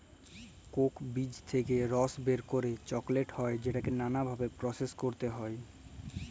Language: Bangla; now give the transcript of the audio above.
কোক বীজ থেক্যে রস বের করে চকলেট হ্যয় যেটাকে লালা ভাবে প্রসেস ক্যরতে হ্য়য়